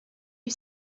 you